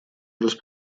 раз